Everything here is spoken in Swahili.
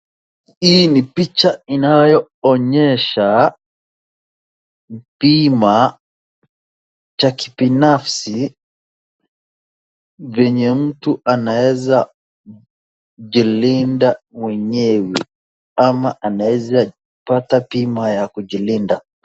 Hii ni picha inayoonyesha bima cha kibinafsi venye mtu anaeza jilinda mwenyewe ama anaeza pata bima ya kujilinda.